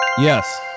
yes